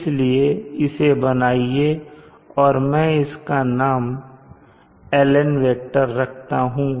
इसलिए इसे बनाइए और मैं इसका नाम LN वेक्टर रखता हूं